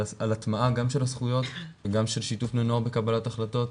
הטמעת הזכויות ושיתוף בני הנוער בקבלת ההחלטות,